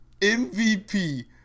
MVP